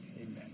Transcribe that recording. amen